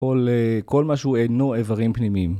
כל משהו אינו איברים פנימיים.